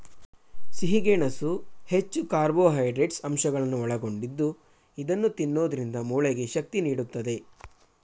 ಸಿಹಿ ಗೆಣಸು ಹೆಚ್ಚು ಕಾರ್ಬೋಹೈಡ್ರೇಟ್ಸ್ ಅಂಶಗಳನ್ನು ಒಳಗೊಂಡಿದ್ದು ಇದನ್ನು ತಿನ್ನೋದ್ರಿಂದ ಮೂಳೆಗೆ ಶಕ್ತಿ ನೀಡುತ್ತದೆ